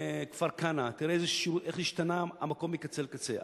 לכפר-כנא, תראה איך השתנה המקום מקצה לקצה.